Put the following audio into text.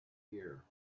here